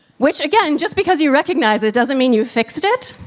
which, again, just because you recognize it doesn't mean you fixed it.